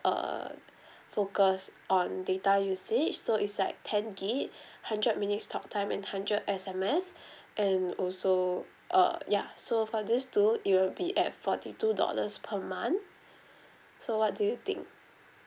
uh focused on data usage so it's like ten gig hundred minutes talk time and hundred S_M_S and also uh ya so for this two it will be at forty two dollars per month so what do you think